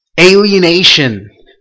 Alienation